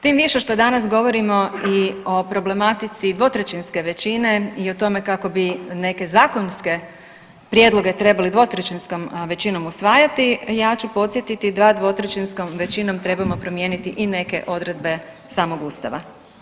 Tim više što danas govorimo i o problematici dvotrećinske većine i o tome kako bi neke zakonske prijedloge trebali dvotrećinskom većinom usvajati, ja ću podsjetiti da dvotrećinskom većinom trebamo promijeniti i neke odredbe samog Ustava.